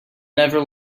never